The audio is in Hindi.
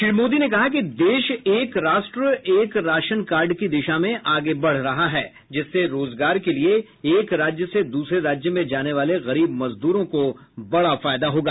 श्री मोदी ने कहा कि देश एक राष्ट्र एक राशन कार्ड की दिशा में आगे बढ़ रहा है जिससे रोजगार के लिए एक राज्य से दूसरे राज्य में जाने वाले गरीब मजदूरों को बड़ा फायदा होगा